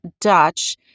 Dutch